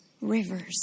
rivers